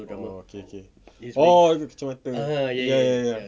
oh okay okay oh pakai cermin mata ya ya ya